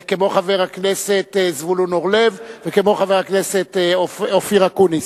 כמו חבר הכנסת זבולון אורלב וכמו חבר הכנסת אופיר אקוניס.